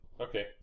Okay